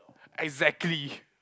exactly